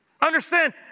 Understand